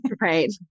Right